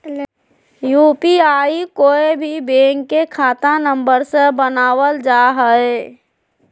UPI कोय भी bank के खाता नंबर से बनावल जा हइ